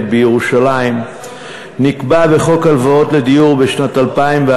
בירושלים נקבע בחוק הלוואות לדיור בשנת 2001,